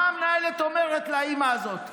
מה המנהלת אומרת לאימא הזאת?